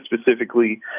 specifically